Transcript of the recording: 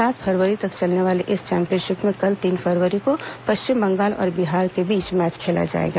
सात फरवरी तक चलने वाली इस चैंपियनशिप में कल तीन फरवरी को पश्चिम बंगाल और बिहार के बीच मैच खेला जाएगा